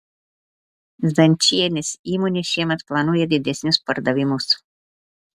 zdančienės įmonė šiemet planuoja didesnius pardavimus